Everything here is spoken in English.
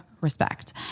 respect